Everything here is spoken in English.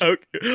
Okay